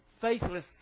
faithless